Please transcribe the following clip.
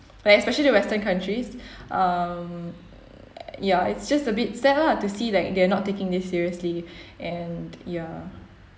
like especially the western countries um ya it's just a bit sad lah to see like they are not taking this seriously and ya